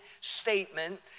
statement